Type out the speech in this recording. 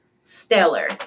stellar